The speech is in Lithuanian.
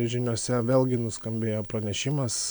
žiniose vėlgi nuskambėjo pranešimas